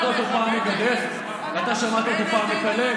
(קוראת בשמות חברי הכנסת) ולדימיר בליאק,